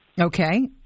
Okay